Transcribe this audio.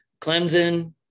Clemson